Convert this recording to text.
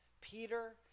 Peter